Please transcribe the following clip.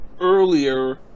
earlier